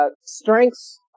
strengths